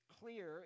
clear